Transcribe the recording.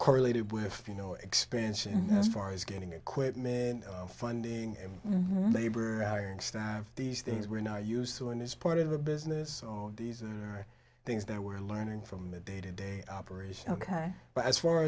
correlated with you know expansion as far as getting equipment funding and labor these things we're now used to in this part of the business owner these are things that we're learning from the day to day operation ok but as far